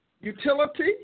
utility